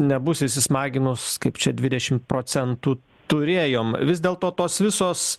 nebus įsismaginus kaip čia dvidešimt procentų turėjom vis dėlto tos visos